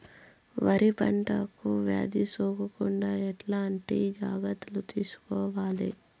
వరి పంటకు వ్యాధి సోకకుండా ఎట్లాంటి జాగ్రత్తలు తీసుకోవాలి?